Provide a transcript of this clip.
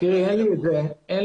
אין לי את זה במספר.